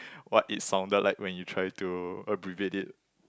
what it sounded like when you try to abbreviate it